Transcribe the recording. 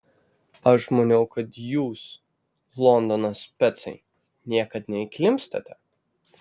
aš maniau kad jūs londono specai niekad neįklimpstate